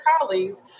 colleagues